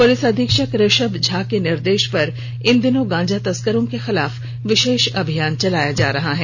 police अधीक्षक ऋषभ झा के निर्देश पर इन दिनों गांजा तस्करों के खिलाफ विशेष अभियान चलाया जा रहा है